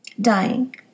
dying